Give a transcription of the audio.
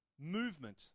movement